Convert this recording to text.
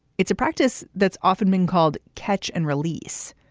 it's a practice that's often been called catch and release.